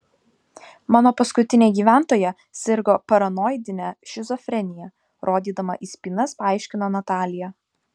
mano paskutinė gyventoja sirgo paranoidine šizofrenija rodydama į spynas paaiškino natalija